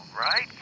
Right